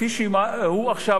כפי שהוא עכשיו,